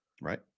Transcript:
Right